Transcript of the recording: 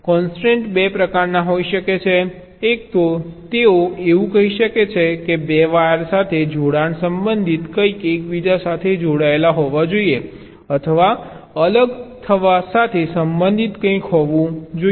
constraint બે પ્રકારના હોઈ શકે છે એક તો તેઓ એવું કહી શકે છે કે 2 વાયર સાથે જોડાણ સંબંધિત કંઈક એકબીજા સાથે જોડાયેલા હોવા જોઈએ અથવા અલગ થવા સાથે સંબંધિત કંઈક હોવું જોઈએ